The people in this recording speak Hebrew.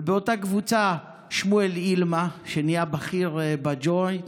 ובאותה קבוצה שמואל אילמה, שנהיה בכיר בג'וינט,